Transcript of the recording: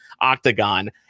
octagon